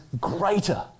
greater